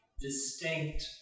distinct